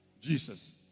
jesus